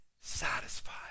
satisfied